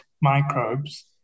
microbes